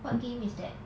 what game is that